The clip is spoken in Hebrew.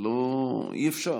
אי-אפשר.